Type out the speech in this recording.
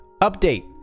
Update